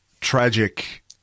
tragic